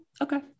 Okay